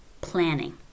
planning